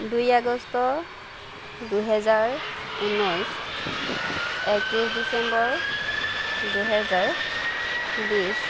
দুই আগষ্ট দুই হাজাৰ ঊনৈশ একত্ৰিছ ডিচেম্বৰ দুই হাজাৰ বিছ